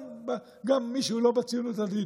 גם מי שהוא לא בציונות הדתית.